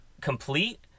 complete